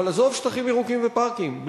אבל עזוב שטחים ירוקים ופארקים,